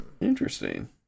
Interesting